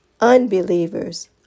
Unbelievers